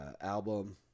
album